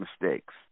mistakes